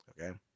Okay